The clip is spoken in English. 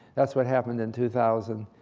that's what happened in two thousand.